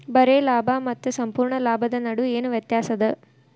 ಬರೆ ಲಾಭಾ ಮತ್ತ ಸಂಪೂರ್ಣ ಲಾಭದ್ ನಡು ಏನ್ ವ್ಯತ್ಯಾಸದ?